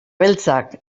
beltzak